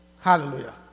Hallelujah